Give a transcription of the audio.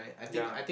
ya